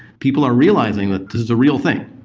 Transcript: people are realizing that this is a real thing.